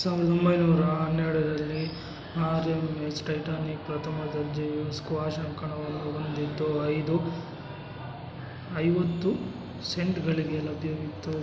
ಸಾವಿರದ ಒಂಬೈನೂರ ಹನ್ನೆರಡರಲ್ಲಿ ಆರ್ ಎಂ ಎಸ್ ಟೈಟಾನಿಕ್ ಪ್ರಥಮ ದರ್ಜೆಯ ಸ್ಕ್ವಾಷ್ ಅಂಕಣವನ್ನು ಹೊಂದಿದ್ದು ಐದು ಐವತ್ತು ಸೆಂಟ್ಗಳಿಗೆ ಲಭ್ಯವಿತ್ತು